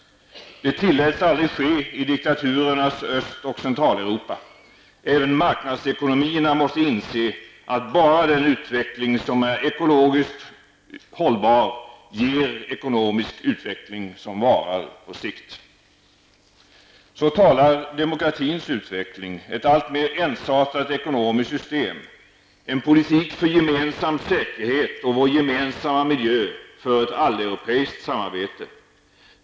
Det tilläts aldrig ske i diktaturernas Öst och Centraleuropa. Även marknadsekonomierna måste inse att bara den utveckling som är ekologiskt hållbar ger ekonomisk utveckling som varar på sikt. Så talar demokratins utveckling, ett alltmer ensartat ekonomiskt system, en politik för gemensam säkerhet och vår gemensamma miljö för ett alleuropeiskt samarbete.